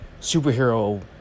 superhero